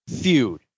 feud